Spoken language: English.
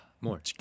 More